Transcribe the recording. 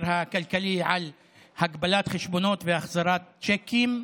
הכלכלי על הגבלת חשבונות והחזרת צ'קים,